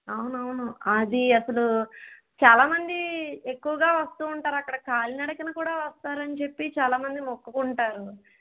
అవునవును అది అసలు చాలా మంది ఎక్కువగా వస్తూ ఉంటారు అక్కడ కాలినడకన కూడా వస్తారని చెప్పి చాలా మంది మొక్కుకుంటారు